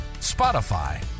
Spotify